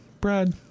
Brad